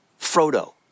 Frodo